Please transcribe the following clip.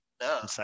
no